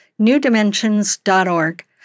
newdimensions.org